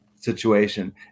situation